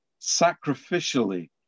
sacrificially